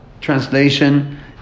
translation